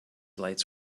lights